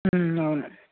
అవును